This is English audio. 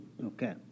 okay